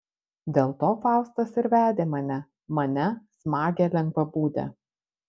dėl to faustas ir vedė mane mane smagią lengvabūdę